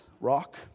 rock